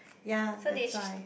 ya that's why